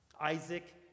Isaac